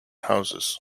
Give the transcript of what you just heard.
houses